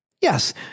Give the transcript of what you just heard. Yes